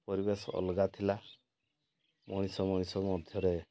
ପରିବେଶ ଅଲଗା ଥିଲା ମଣିଷ ମଣିଷ ମଧ୍ୟରେ